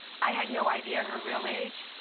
i had no idea her real age.